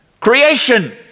Creation